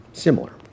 similar